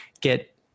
get